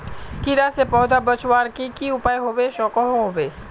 कीड़ा से पौधा बचवार की की उपाय होबे सकोहो होबे?